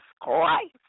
Christ